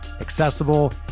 accessible